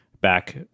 back